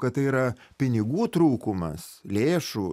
kad tai yra pinigų trūkumas lėšų